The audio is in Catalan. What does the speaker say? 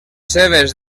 seves